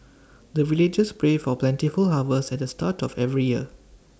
the villagers pray for plentiful harvest at the start of every year